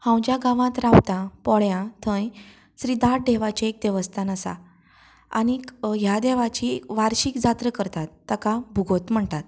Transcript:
हांव ज्या गांवांत रावता पोळ्यां थंय श्रीदाट देवाचें एक देवस्तान आसा आनीक ह्या देवाची वार्शीक जात्रा करतात ताका भुगोत म्हणटात